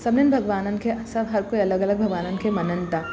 सभिनीनि भॻवाननि खे सभु हर कोई अलॻि अलॻि भॻवाननि खे मञनि था